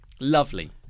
Lovely